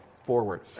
forward